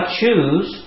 choose